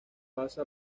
pasa